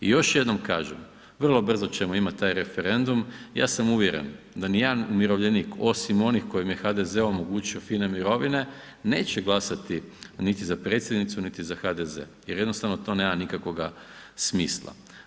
I još jednom kažem, vrlo brzo ćemo imati taj referendum, ja sam uvjeren da nijedan umirovljenik osim onih kojima je HDZ omogućio fine mirovine, neće glasati niti za Predsjednicu niti za HDZ jer jednostavno to nema nikakvoga smisla.